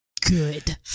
good